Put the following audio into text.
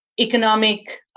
economic